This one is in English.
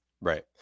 right